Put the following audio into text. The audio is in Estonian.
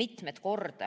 mitmeid kordi